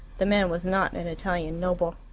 the man was not an italian noble,